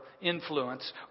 influence